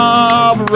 Rob